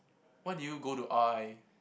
why did you go to R_I